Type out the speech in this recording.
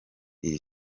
iri